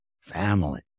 Family